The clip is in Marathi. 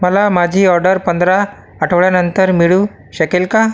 मला माझी ऑर्डर पंधरा आठवड्यांनंतर मिळू शकेल का